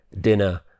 dinner